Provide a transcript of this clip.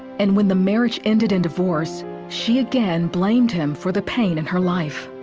and when the marriage ended in divorce, she again blamed him for the pain in her life.